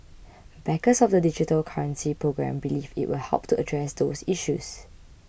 backers of the digital currency programme believe it will help address those issues